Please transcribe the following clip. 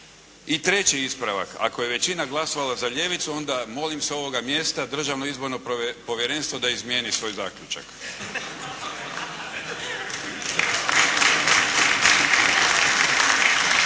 I treći ispravak. Ako je većina glasala za ljevicu onda molim s ovoga mjesta Državno izborno povjerenstvo da izmijeni svoj zaključak.